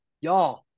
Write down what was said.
Y'all